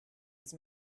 his